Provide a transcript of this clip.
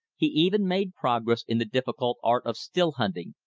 he even made progress in the difficult art of still hunting,